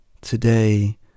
Today